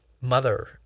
mother